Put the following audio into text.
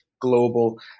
global